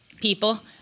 people